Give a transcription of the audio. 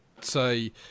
say